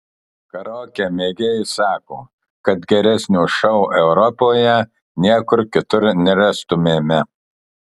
karaoke mėgėjai sako kad geresnio šou europoje niekur kitur nerastumėme